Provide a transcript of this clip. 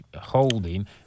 holding